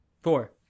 Four